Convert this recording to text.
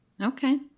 Okay